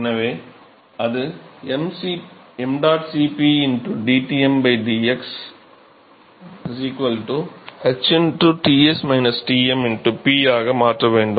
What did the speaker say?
எனவே அது ṁCp dT m dx h Ts Tm P ஆக மாற்ற வேண்டும்